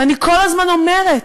ואני כל הזמן אומרת: